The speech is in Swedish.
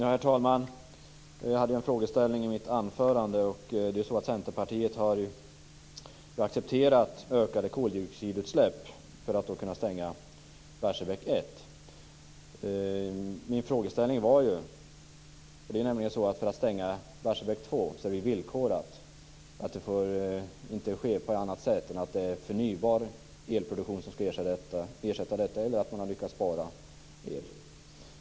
Herr talman! I mitt anförande hade jag en frågeställning. Centerpartiet har ju accepterat ökade koldioxidutsläpp för att kunna stänga Barsebäck 1. En stängning av Barsebäck 2 är villkorad. Det får inte ske på annat sätt än att det är förnybar elproduktion som man ersätter med eller att man har lyckats spara el.